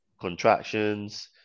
Contractions